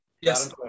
yes